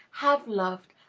have loved,